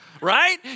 right